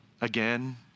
again